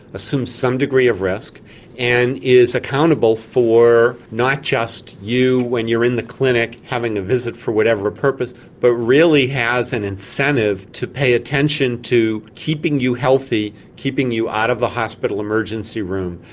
assumes some degree of risk and is accountable for not just you when you are in the clinic having a visit for whatever purpose but really has an incentive to pay attention to keeping you healthy, keeping you out of the hospital emergency room,